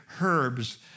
herbs